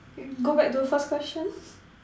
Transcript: can go back to the first question